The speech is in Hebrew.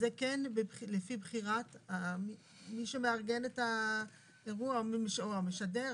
וזה כן לפי בחירת מי שמארגן את האירוע או המשדר.